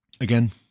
Again